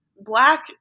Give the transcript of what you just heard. black